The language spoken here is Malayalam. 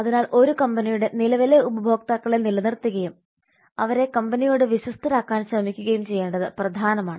അതിനാൽ ഒരു കമ്പനിയുടെ നിലവിലെ ഉപഭോക്താക്കളെ നിലനിർത്തുകയും അവരെ കമ്പനിയോട് വിശ്വസ്തരാക്കാൻ ശ്രമിക്കുകയും ചെയ്യേണ്ടത് പ്രധാനമാണ്